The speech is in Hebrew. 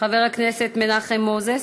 חבר הכנסת מנחם מוזס,